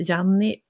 Janni